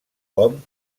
com